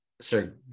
Sir